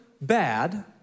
bad